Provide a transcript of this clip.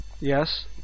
Yes